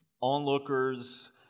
onlookers